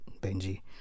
Benji